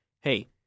hey